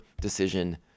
decision